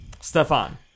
Stefan